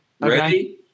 Ready